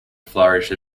flourish